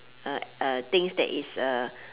uh uh things that is uh